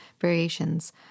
variations